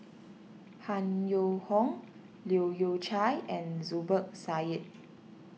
Han Yong Hong Leu Yew Chye and Zubir Said